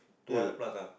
two hundred plus lah